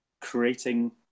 creating